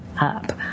up